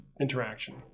interaction